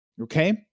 okay